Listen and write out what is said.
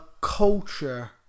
culture